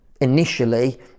initially